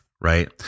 Right